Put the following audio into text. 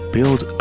Build